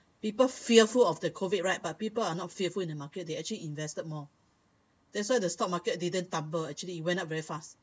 people fearful of the COVID right but people are not fearful in the market they actually invested more that's why the stock market didn't tumble actually it went up very fast